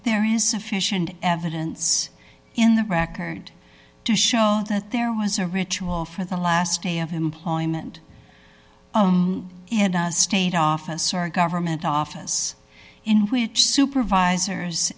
there is sufficient evidence in the record to show that there was a ritual for the last day of employment and a state office or government office in which supervisors